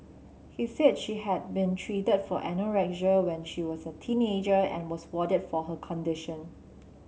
he said she had been treated for anorexia when she was a teenager and was warded for her condition